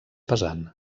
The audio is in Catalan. pesant